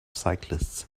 cyclists